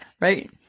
Right